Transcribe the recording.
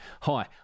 Hi